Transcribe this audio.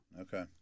Okay